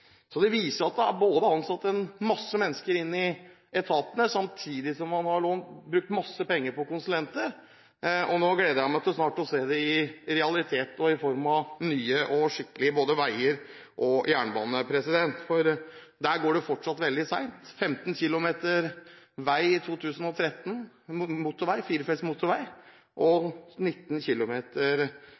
at man samtidig har brukt masse penger på konsulenter. Nå gleder jeg meg snart til å se det i realiteten i form av nye og skikkelige veier og jernbaner. Der går det fortsatt veldig sent – 15 km firefelts motorvei i 2013 og 19 km